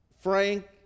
frank